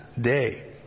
day